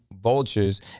Vultures